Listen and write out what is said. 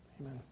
amen